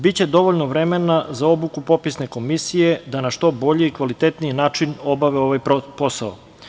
Biće dovoljno vremena za obuku popisne komisije da na što bolji i kvalitetniji način obave ovaj posao.